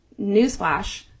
Newsflash